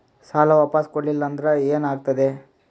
ಸಾಲ ವಾಪಸ್ ಕೊಡಲಿಲ್ಲ ಅಂದ್ರ ಏನ ಆಗ್ತದೆ?